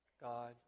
God